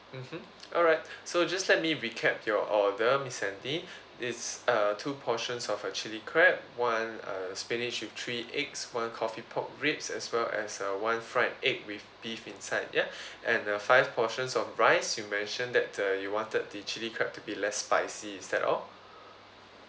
mmhmm alright so just let me recap your order miss sandy it's uh two portions of uh chilli crab one uh spinach with three eggs one coffee pork ribs as well as uh one fried egg with beef inside ya and uh five portions of rice you mention that uh you wanted the chili crab to be less spicy is that all